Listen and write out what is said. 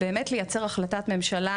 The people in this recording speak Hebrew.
באמת לייצר החלטת ממשלה